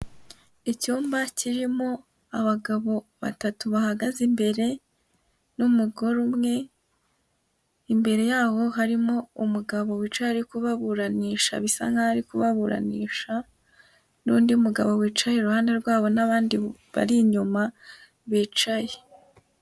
Icyumba kirimo abagabo batatu bahagaze imbere n'umugore umwe, imbere yabo harimo umugabo wicaye ari kubaburanisha, bisa nk'aho ari kubaburanisha, n'undi mugabo wicaye iruhande rwabo n'abandi bari inyuma bicaye.